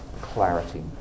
clarity